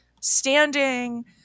standing